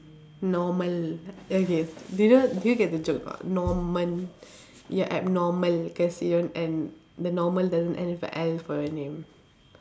normal okay did you did you get the joke or not Norman you're abnormal cause your one end the normal doesn't end with a L for your name